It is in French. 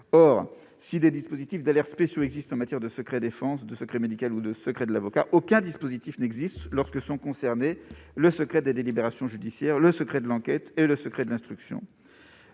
Or, si des dispositifs d'alerte spéciaux existent en matière de secret-défense, de secret médical et de secret de l'avocat, aucun dispositif n'existe lorsque sont concernés le secret des délibérations judiciaires, le secret de l'enquête et le secret de l'instruction.